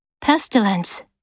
Pestilence